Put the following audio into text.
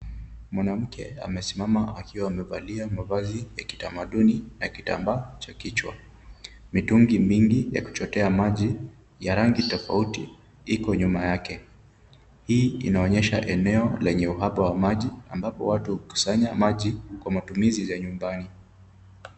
Mwanamke amesimama akiwa amevalia mavazi ya kitamaduni na kitambaa cha kichwa. Mitungi mingi ya kuchotea maji ya rangi tofauti iko nyuma yake. Hii inaonyesha eneo lenye uhaba wa maji, ambapo watu hukusanya maji kwa matumizi za nyumbani.